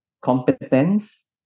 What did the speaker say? competence